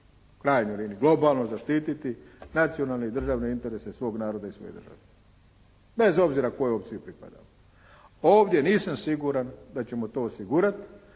u krajnjoj liniji dužni globalno zaštititi nacionalne i državne interese svog naroda i svoje države, bez obzira kojoj opciji pripadali. Ovdje nisam siguran da ćemo to osigurati,